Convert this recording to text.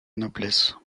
noblesse